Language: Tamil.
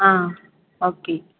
ஆ ஓகே